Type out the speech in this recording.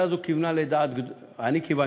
ואני כיוונתי לדעת גדולים,